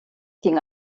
ging